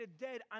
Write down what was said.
dead